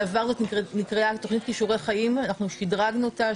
בעבר נקראה תוכנית כישורי חיים ,ואנחנו שדרגנו אותה,